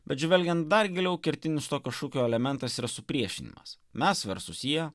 bet žvelgiant dar giliau kertinis tokio šūkio elementas yra supriešinimas mes versus jie